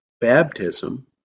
baptism